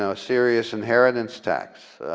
ah serious inheritance tax.